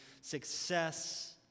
success